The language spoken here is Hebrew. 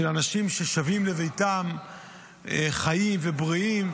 של אנשים ששבים לביתם חיים ובריאים.